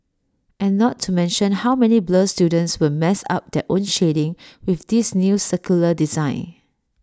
and not to mention how many blur students will mess up their own shading with this new circular design